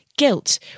guilt